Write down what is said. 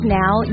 now